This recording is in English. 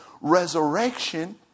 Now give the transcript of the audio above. resurrection